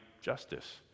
justice